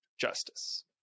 justice